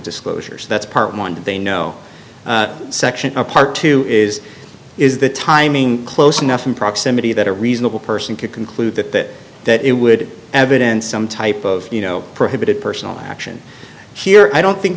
disclosures that's part one they know section or part two is is the timing close enough in proximity that a reasonable person could conclude that that it would evidence some type of you know prohibited personal action here i don't think